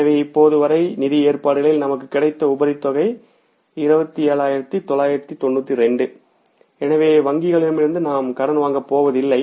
எனவே இப்போது வரை நிதி ஏற்பாடுகளில் நமக்கு கிடைத்த உபரி தொகை 27992 எனவே வங்கிகளிடமிருந்து நாம் கடன் வாங்கப் போவதில்லை